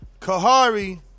kahari